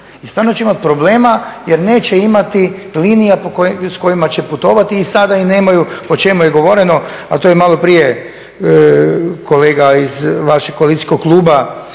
stvarno će imati problema jer neće imati linija s kojima će putovati, i sada nemaju o čemu je govoreno, a to je maloprije kolega iz vašeg koalicijskog kluba